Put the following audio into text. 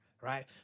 right